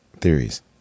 theories